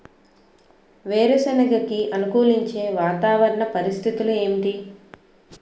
వేరుసెనగ కి అనుకూలించే వాతావరణ పరిస్థితులు ఏమిటి?